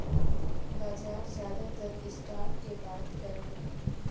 बाजार जादातर स्टॉक के बात करला